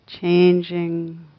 changing